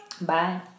Bye